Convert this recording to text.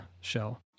shell